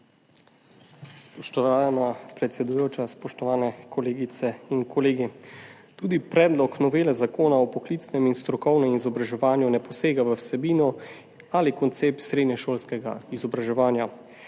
Spoštovana predsedujoča, spoštovane kolegice in kolegi! Tudi predlog novele Zakona o poklicnem in strokovnem izobraževanju ne posega v vsebino ali koncept srednješolskega izobraževanja.